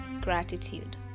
gratitude